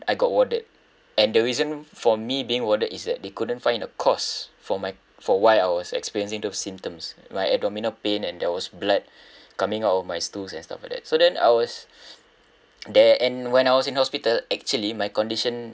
I got warded and the reason for me being warded is that they couldn't find the cause for my for why I was experiencing the symptoms my abdominal pain and there was blood coming out of my stools and stuff like that so then I was there and when I was in hospital actually my condition